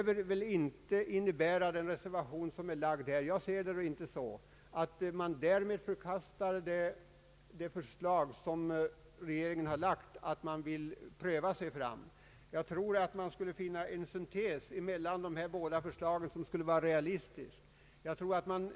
Den reservation som på denna punkt avgivits behöver inte innebära — jag ser det inte så — att man därmed förkastar det förslag som regeringen har framlagt, att man skall pröva sig fram. Jag tror att det finns en syntes mellan dessa båda förslag som skulle vara realistisk.